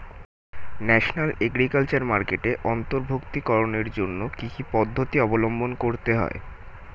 National agriculture মার্কেটে অন্তর্ভুক্তিকরণের জন্য কি কি পদ্ধতি অবলম্বন করতে হয়?